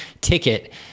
ticket